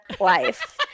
life